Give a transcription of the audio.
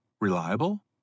Reliable